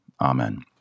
Amen